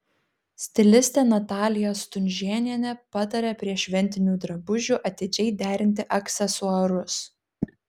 stilistė natalija stunžėnienė pataria prie šventinių drabužių atidžiai derinti aksesuarus